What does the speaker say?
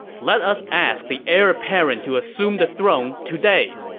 let us ask the heir apparent to assume the throne today!